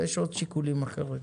ויש עוד שיקולים אחרים.